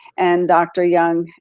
and dr. yun,